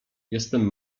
jestem